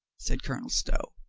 said colonel stow.